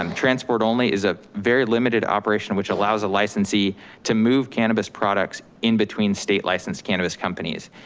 um transport only is a very limited operation which allows a licensee to move cannabis products in between state licensed cannabis companies.